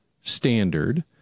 standard